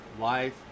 life